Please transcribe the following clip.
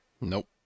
Nope